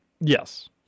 Yes